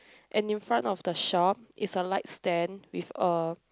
and in front of the shop is a light stand with a